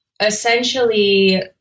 essentially